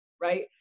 right